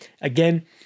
Again